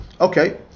okay